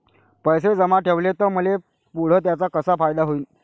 पैसे जमा ठेवले त मले पुढं त्याचा कसा फायदा होईन?